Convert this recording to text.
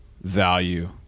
value